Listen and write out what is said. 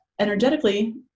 Energetically